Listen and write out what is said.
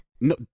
No